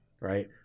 right